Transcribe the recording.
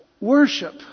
worship